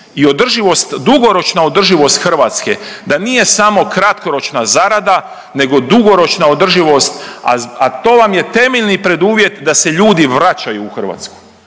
i održivost, dugoročna održivost Hrvatske da nije samo kratkoročna zarada nego dugoročna održivost, a to vam je temeljni preduvjet da se ljudi vraćaju u Hrvatsku,